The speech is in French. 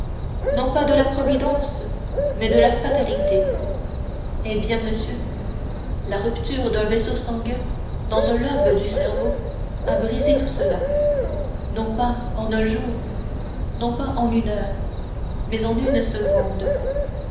non pas de la providence mais de la fatalité eh bien monsieur la rupture d'un vaisseau sanguin dans un lobe du cerveau a brisé tout cela non pas en un jour non pas en une heure mais en une seconde